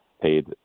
paid